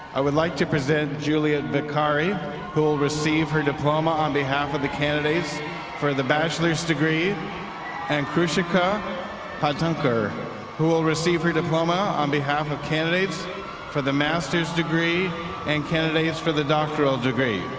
i would like to present juliet vicari who will receive her diploma on behalf of the candidates for the bachelor's degree and krushika patankar who will receive her diploma on behalf of candidates for the master's degree and candidates for the doctoral degree.